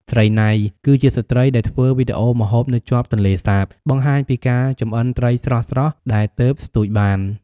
ស្រីណៃ គឺជាស្ត្រីដែលធ្វើវីដេអូម្ហូបនៅជាប់ទន្លេសាប បង្ហាញពីការចម្អិនត្រីស្រស់ៗដែលទើបស្ទូចបាន។